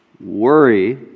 worry